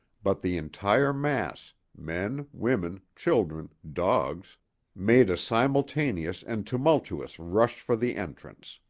but the entire mass men, women, children, dogs made a simultaneous and tumultuous rush for the entrance.